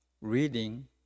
reading